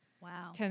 Wow